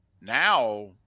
Now